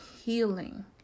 healing